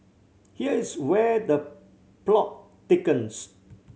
here is where the plot thickens